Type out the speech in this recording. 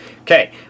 Okay